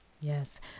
yes